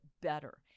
better